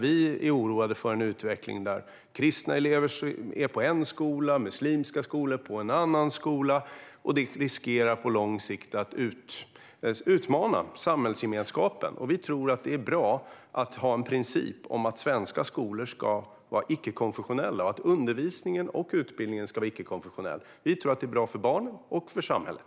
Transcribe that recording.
Vi är oroade för en utveckling där kristna elever är på en skola och muslimska elever på en annan skola. Det riskerar att utmana samhällsgemenskapen på lång sikt. Vi tror att det är bra att ha en princip om att svenska skolor ska vara icke-konfessionella. Undervisningen och utbildningen ska vara icke-konfessionell. Vi tror att det är bra för barnen och för samhället.